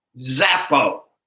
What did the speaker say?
Zappo